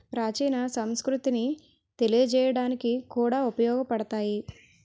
ప్రాచీన సంస్కృతిని తెలియజేయడానికి కూడా ఉపయోగపడతాయి